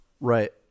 right